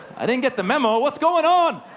i didn't get the memo. what's going on?